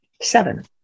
Seven